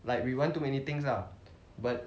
like we want too many things lah but